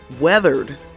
weathered